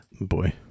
boy